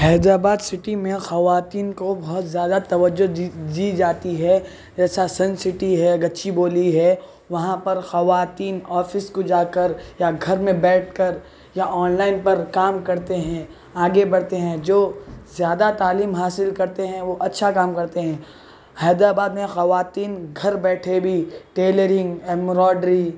Hyderabad city میں خواتین کو بہت زیادہ توجہ دی جاتی ہے جیسا سن سٹی ہے گچی بولی ہے وہاں پر خواتین آفس کو جا کر یا گھر میں بیٹھ کر یا آن لائن پر کام کرتے ہیں آگے بڑھتے ہیں جو زیادہ تعیلم حاصل کرتے ہیں وہ اچّھا کام کرتے ہیں حیدرآباد میں خواتین گھر بیٹھے بھی ٹیلرنگ ایمبرائیڈری